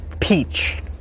Peach